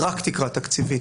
היא רק תקרה תקציבית,